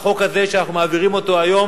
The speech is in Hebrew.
בחוק הזה שאנחנו מעבירים היום.